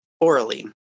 orally